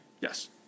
Yes